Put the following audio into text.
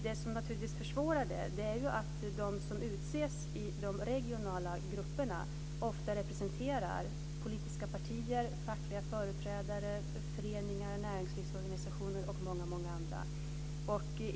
Det som naturligtvis försvårar det här är ju att de som utses i de regionala grupperna ofta representerar politiska partier, facket, föreningar, näringslivsorganisationer och många andra.